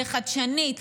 לחדשנית,